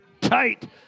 tight